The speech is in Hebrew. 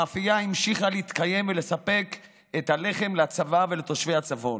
המאפייה המשיכה להתקיים ולספק את הלחם לצבא ולתושבי הצפון.